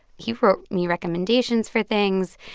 he wrote me recommendations for things.